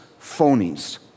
phonies